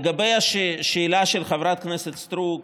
לגבי השאלה של חברת הכנסת סטרוק,